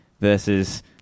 versus